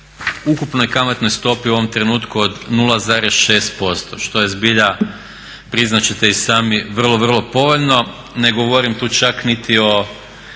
ukupnoj kamatnoj stopi u ovom trenutku od 0,6% što je zbilja priznat ćete i sami vrlo, vrlo povoljno. Ne govorim tu čak niti o